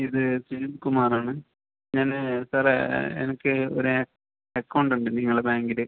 ഇത് സുനിൽ കുമാറാണ് ഞാന് സാറെ എനിക്ക് ഒരു അക്കൗണ്ട് ഉണ്ട് നിങ്ങളെ ബാങ്കിൽ